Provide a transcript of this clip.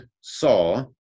saw